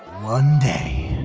one day.